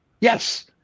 yes